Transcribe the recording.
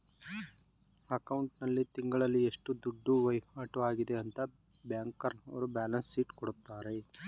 account ಆಲ್ಲಿ ತಿಂಗಳಲ್ಲಿ ಎಷ್ಟು ದುಡ್ಡು ವೈವಾಟು ಆಗದೆ ಅಂತ ಬ್ಯಾಂಕ್ನವರ್ರು ಬ್ಯಾಲನ್ಸ್ ಶೀಟ್ ಕೊಡ್ತಾರೆ